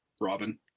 Robin